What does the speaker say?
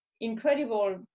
incredible